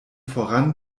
voran